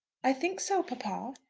i think so papa.